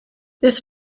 this